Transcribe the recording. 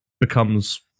becomes